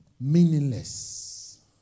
meaningless